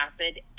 acid